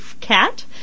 cat